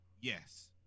Yes